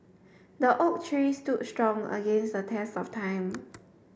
the oak tree stood strong against the test of time